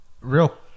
Real